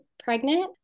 pregnant